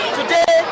Today